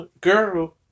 girl